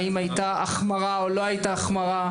האם הייתה החמרה או לא הייתה החמרה.